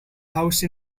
house